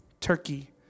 Turkey